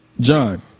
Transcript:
John